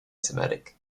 semitic